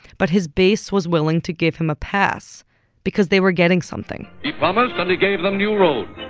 but his base was willing to give him a pass because they were getting something he promised, and he gave them new roads,